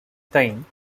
time